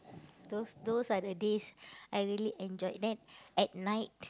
those those are the days I really enjoyed then at night